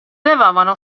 elevavano